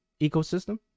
ecosystem